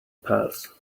pals